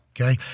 Okay